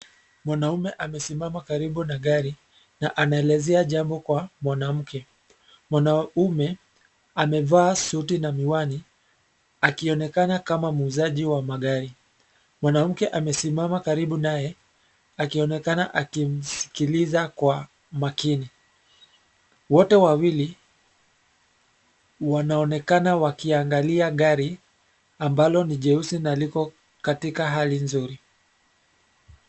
Mwanaume amesimama karibu na gari na anaelezea jambo kwa mwanamke. Mwanaume, amevaa suti na miwani, akionekana kama muuzaji wa magari. Mwanamke amesimama karibu naye, akionekana akimsikiliza kwa makini. Wote wawili, wanaonekana wakiangalia gari, ambalo ni jeusi na liko katika hali nzuri.